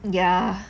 ya